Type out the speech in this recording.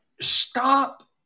stop